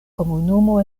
komunumo